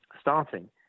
starting